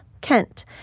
Kent